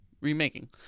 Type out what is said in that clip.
remaking